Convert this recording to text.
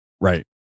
Right